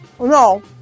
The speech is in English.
No